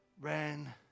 ran